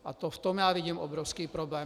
A v tom já vidím obrovský problém.